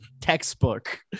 textbook